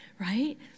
right